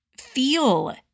Feel